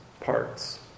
parts